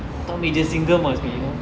I thought major singam must be you know